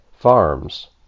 farms